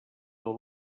del